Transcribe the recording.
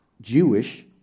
Jewish